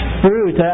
fruit